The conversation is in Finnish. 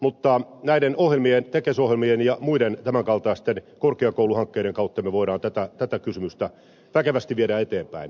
mutta näiden ohjelmien tekes ohjelmien ja muiden tämän kaltaisten korkeakouluhankkeiden kautta me voimme tätä kysymystä väkevästi viedä eteenpäin